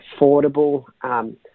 affordable